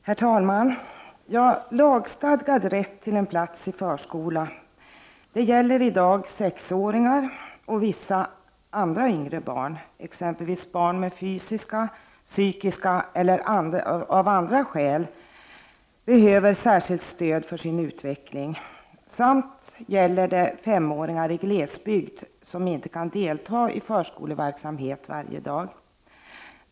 Herr talman! Lagstadgad rätt till en plats i förskolan gäller i dag alla 6 åringar och vissa andra yngre barn — exempelvis de barn som av fysiska, psykiska eller andra skäl behöver särskilt stöd för sin utveckling — samt 5-åringar i glesbygd som inte kan delta i förskoleverksamhet varje dag.